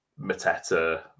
Mateta